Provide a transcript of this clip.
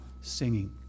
singing